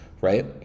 right